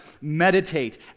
meditate